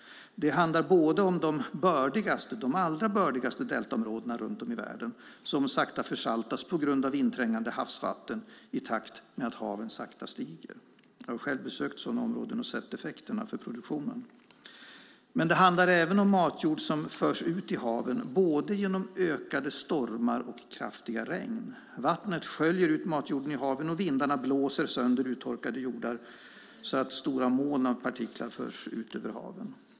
Det handlar om de allra bördigaste deltaområdena i världen som sakta försaltas på grund av inträngande havsvatten i takt med att haven sakta stiger. Jag har själv besökt sådana områden och sett effekterna för produktionen. Det handlar även om matjord som förs ut i haven på grund av starkare stormar och kraftigare regn. Vattnet sköljer ut matjorden i haven och vindarna blåser sönder uttorkade jordar så att stora moln av partiklar förs ut över haven.